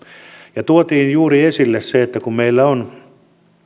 ja tuotiin juuri esille se että meillä on